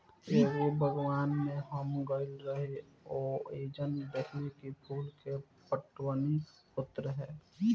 एगो बागवान में हम गइल रही ओइजा देखनी की फूल के पटवनी होत रहे